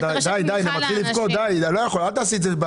די, אל תעשי את זה.